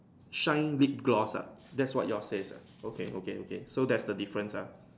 shine lip gloss ah that's what yours say ah okay okay okay so that's the difference ah